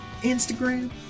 Instagram